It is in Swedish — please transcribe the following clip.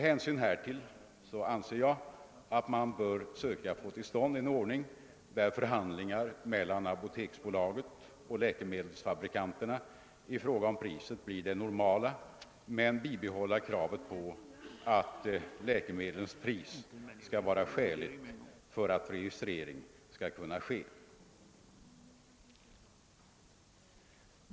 Jag anser att man med hänsyn härtill bör söka få till stånd en ordning, där förhandlingar mellan apoteksbolaget och läkemedelsfabrikanterna i fråga om priset blir det normala men där man bibehåller kravet på att läkemedlets pris skall vara skäligt för att registrering skall kunna ske.